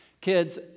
Kids